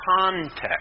context